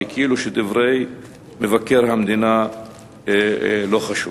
וכאילו דברי מבקר המדינה לא חשובים.